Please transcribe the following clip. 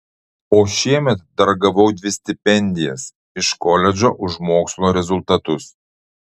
o šiemet dar gavau dvi stipendijas iš koledžo už mokslo rezultatus